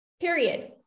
period